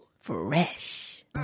fresh